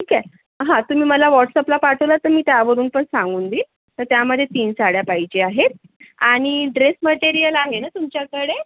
ठीक आहे हा तुम्ही मला व्हॉटस्अपला पाठवलं तर मी त्यावरून पण सांगून देईन तर त्यामध्ये तीन साड्या पाहिजे आहेत आणि ड्रेस मटेरियल आहे ना तुमच्याकडे